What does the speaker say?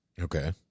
Okay